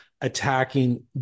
attacking